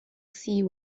sea